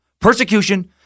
persecution